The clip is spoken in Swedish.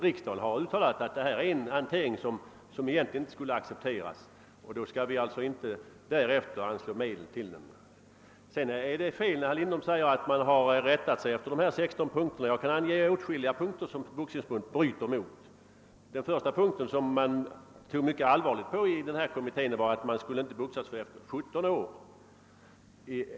Riksdagen har också uttalat — genom att antaga propositionen — att boxningen över huvud taget är en hantering som inte skulle accepteras, och då skall vi väl inte i efterhand anslå medel till den. Det är felaktigt som herr Lindholm säger att Boxningsförbundet har rättat sig efter de 16 punkterna. Jag kan ange åtskilliga punkter som förbundet bryter mot. Den första punkten, som kommittén såg mycket allvarligt på, var att ingen skulle få boxas förrän efter 17 års ålder.